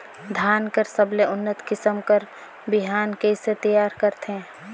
धान कर सबले उन्नत किसम कर बिहान कइसे तियार करथे?